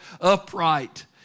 upright